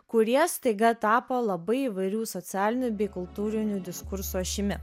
kurie staiga tapo labai įvairių socialinių bei kultūrinių diskursų ašimi